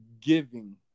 giving